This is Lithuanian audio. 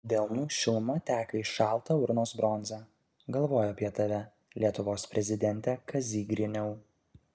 delnų šiluma teka į šaltą urnos bronzą galvoju apie tave lietuvos prezidente kazy griniau